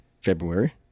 February